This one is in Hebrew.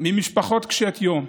ממשפחות קשות יום.